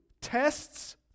tests